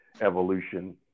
evolution